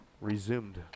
Resumed